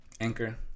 Anchor